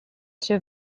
się